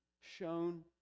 shown